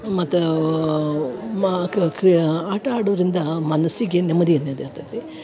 ಮತ್ತು ಮಾ ಕ್ರಿ ಕ್ರಿ ಆಟ ಆಡೋದರಿಂದ ಮನಸ್ಸಿಗೆ ನೆಮ್ಮದಿ ಅನ್ನೋದು ಇರ್ತೈತಿ